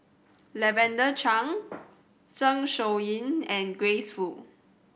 Lavender Chang Zeng Shouyin and Grace Fu